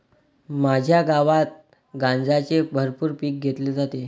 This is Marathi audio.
माझ्या गावात गांजाचे भरपूर पीक घेतले जाते